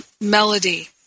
melody